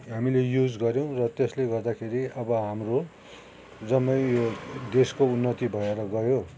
हामीले युज गर्यौँ र त्यसले गर्दाखेरि अब हाम्रो जम्मै यो देशको उन्नति भएर गयो